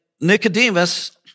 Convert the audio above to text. Nicodemus